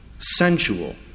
...sensual